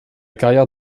carrière